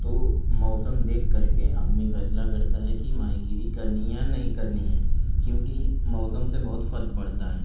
تو موسم دیکھ کر کے آدمی فیصلہ کرتا ہے کہ ماہی گیری کرنی ہے نہیں کرنی ہے کیونکہ موسم سے بہت فرق پڑتا ہے